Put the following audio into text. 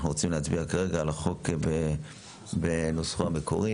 אני מבקש להצביע על החוק בנוסחו המתוקן